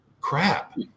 crap